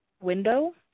window